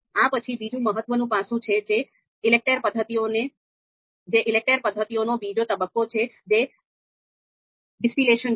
આ પછી બીજું મહત્વનું પાસું છે જે ELECTRE પદ્ધતિઓનો બીજો તબક્કો છે જે ડિસ્ટિલેશન છે